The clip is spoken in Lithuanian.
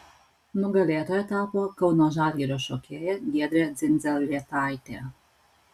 nugalėtoja tapo kauno žalgirio šokėja giedrė dzindzelėtaitė